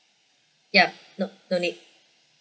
yup no no need